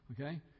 Okay